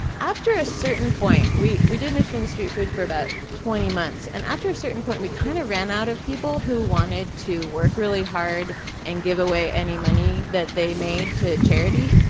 after a certain point, we we did mission street food for about twenty months, and after a certain point we kind of ran out of people who wanted to work really hard and give away any money that they made to charity.